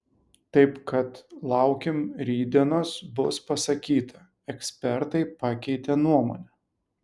taip kad laukim rytdienos bus pasakyta ekspertai pakeitė nuomonę